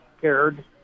cared